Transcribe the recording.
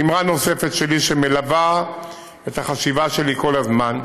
אמרה נוספת שלי שמלווה את החשיבה שלי כל הזמן: